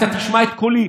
אתה תשמע את קולי,